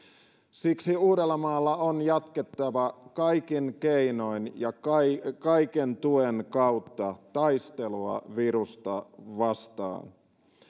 siksi uudellamaalla on jatkettava kaikin keinoin ja kaiken tuen kautta taistelua virusta vastaan